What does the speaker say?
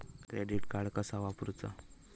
Credit card कसा वापरूचा?